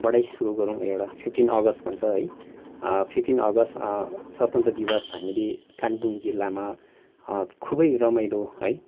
बाटै सुरु गरौँ एउटा फिफ्टिन अगस्ट भन्छ है फिफ्टिन अगस्ट स्वतन्त्र दिवस हामीले कालेबुङ जिल्लामा खुबै रमाइलो है